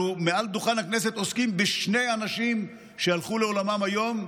אנחנו עוסקים מעל דוכן הכנסת בשני אנשים שהלכו לעולמם היום,